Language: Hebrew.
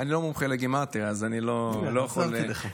אני לא מומחה לגימטרייה, אז אני לא יכול להתבטא.